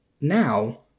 now